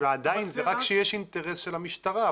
ועדיין זה רק כשיש אינטרס של המשטרה,